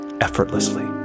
effortlessly